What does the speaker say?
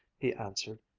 he answered,